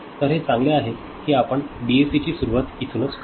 तर हे चांगले आहे की आपण डीएसी ची सुरुवात येथूनच करू